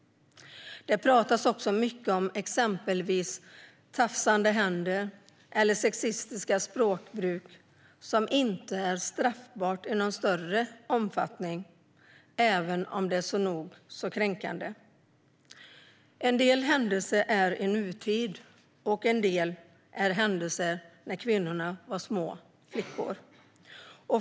Det pratas också mycket om exempelvis tafsande händer eller ett sexistiskt språkbruk, som inte är straffbart i någon större omfattning även om det är nog så kränkande. En del händelser har ägt rum i nutid. En del händelser ägde rum när kvinnorna var små flickor.